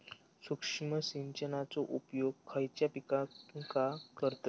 सूक्ष्म सिंचनाचो उपयोग खयच्या पिकांका करतत?